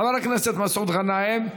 חבר הכנסת מסעוד גנאים,